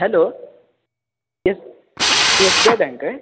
hello SBI bank I